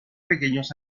pequeños